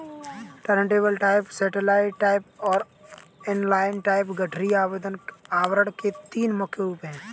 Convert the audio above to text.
turntable type, satellite type और inline type गठरी आवरण के तीन मुख्य रूप है